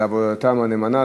על עבודתן הנאמנה.